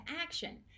action